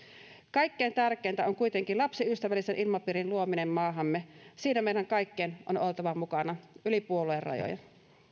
kaikkein tärkeintä on kuitenkin lapsiystävällisen ilmapiirin luominen maahamme siinä meidän kaikkien on on oltava mukana yli puoluerajojen